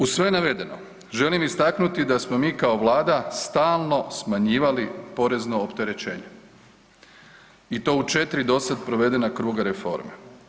Uz sve navedeno želim istaknuti da smo mi kao Vlada stalno smanjivali porezno opterećenje i to u 4 dosad provedena kruga reforme.